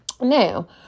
Now